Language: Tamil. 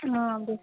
ஆ அது சார்